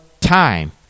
time